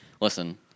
Listen